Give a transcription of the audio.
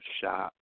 shop